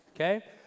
Okay